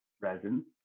resin